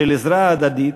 של עזרה הדדית,